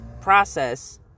process